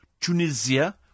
Tunisia